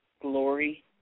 glory